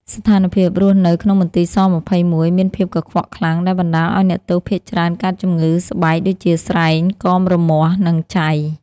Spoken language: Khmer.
ស្ថានភាពរស់នៅក្នុងមន្ទីរស-២១មានភាពកខ្វក់ខ្លាំង ដែលបណ្តាលឱ្យអ្នកទោសភាគច្រើនកើតជំងឺស្បែកដូចជាស្រែង កមរមាស់ និងចៃ។